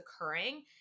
occurring